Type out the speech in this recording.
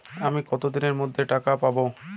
আমি কতদিনের মধ্যে টাকা পাবো?